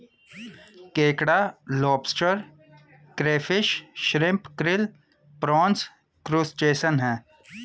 केकड़ा lobster crayfish shrimp krill prawns crustacean है